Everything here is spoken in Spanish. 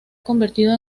convertido